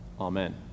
Amen